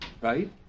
right